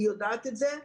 היא יודעת את זה,